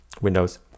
Windows